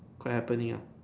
quite happening ah